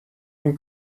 این